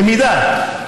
במידה.